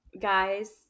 guys